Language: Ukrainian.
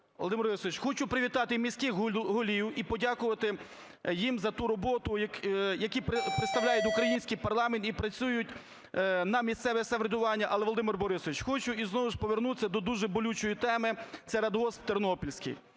Володимир Борисович, хочу привітати і міських голів і подякувати їм за ту роботу, які представляють український парламент і працюють на місцеве самоврядування. Але, Володимир Борисович, хочу і знову ж повернутися до дуже болючої теми - це радгосп "Тернопільський".